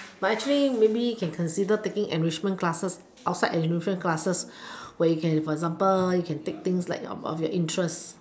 but actually maybe can consider taking enrichment classes outside enrichment classes where you can for example you can take things like of your interest